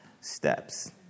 steps